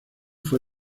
fue